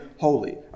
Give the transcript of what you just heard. holy